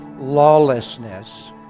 lawlessness